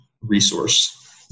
resource